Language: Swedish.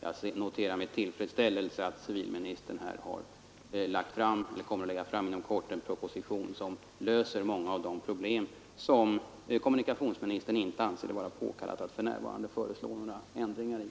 Jag noterar med tillfredsställelse att civilministern inom kort kommer att lägga fram en proposition som löser många av de problem som kommunikationsministern inte anser det vara påkallat att för närvarande föreslå några lösningar på.